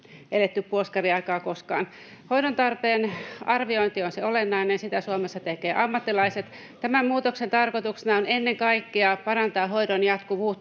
eletty puoskariaikaa koskaan. Hoidon tarpeen arviointi on se olennainen, ja sitä Suomessa tekevät ammattilaiset. Tämän muutoksen tarkoituksena on ennen kaikkea parantaa hoidon jatkuvuutta